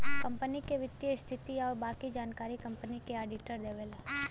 company क वित्तीय स्थिति आउर बाकी जानकारी कंपनी क आडिटर देवला